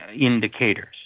indicators